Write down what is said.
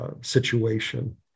situation